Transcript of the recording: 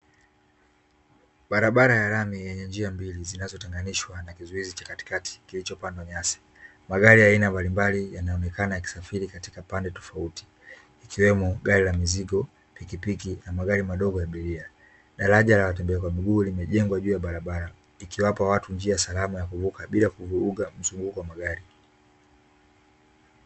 Barabara ya lami yenye njia mbili zinazotenganishwa na kizuizi cha katikati kilichopandwa nyasi, magari ya aina mbalimbali yanaonekana yakisafiri katika pande tofauti, ikiwemo gari la mizigo, pikipiki na magari madogo ya abiria, daraja la watembea kwa miguu limejengwa juu ya barabara ikiwapa watu njia salama ya kuvuka bila kuvuruga mzunguko wa magari.